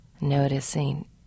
noticing